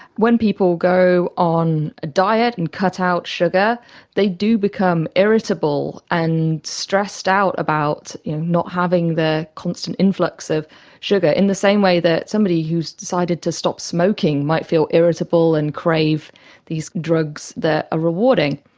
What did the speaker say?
when people go on a diet and cut out sugar they do become irritable and stressed out about not having the constant influx of sugar, in the same way that somebody who's decided to stop smoking might feel irritable and crave these drugs that are ah rewarding.